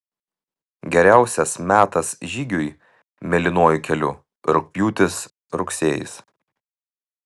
geriausias metas žygiui mėlynuoju keliu rugpjūtis rugsėjis